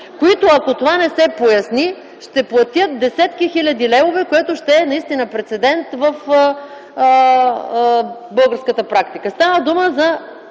които, ако това не се поясни, ще платят десетки хиляди левове, което ще е прецедент в българската практика.